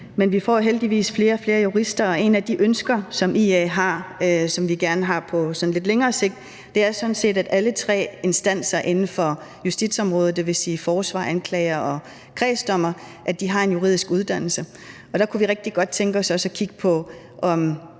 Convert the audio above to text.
Men vi får heldigvis flere og flere jurister, og et af de ønsker, som IA har, og som vi gerne vil have opfyldt på lidt længere sigt, er sådan set, at alle tre instanser inden for justitsområdet, dvs. forsvarer, anklager og kredsdommer, har en juridisk uddannelse. Der kunne vi rigtig godt tænke os også at kigge på,